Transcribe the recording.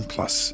Plus